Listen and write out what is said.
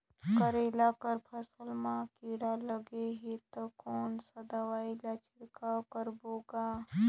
करेला कर फसल मा कीरा लगही ता कौन सा दवाई ला छिड़काव करबो गा?